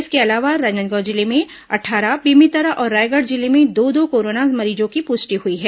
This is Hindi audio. इसके अलावा राजनांदगांव जिले में अट्ठारह बेमेतरा और रायगढ़ जिले में दो दो कोरोना मरीजों की पुष्टि हई है